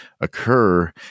occur